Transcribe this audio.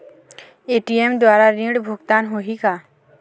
ATM द्वारा ऋण भुगतान होही का?